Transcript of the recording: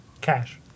Cash